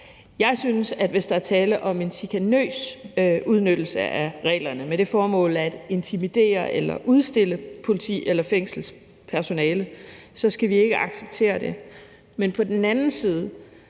Jeg synes, at hvis der er tale om en chikanøs udnyttelse af reglerne med det formål at intimidere eller udstille politi eller fængselspersonale, skal vi ikke acceptere det, men på den anden side